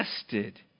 tested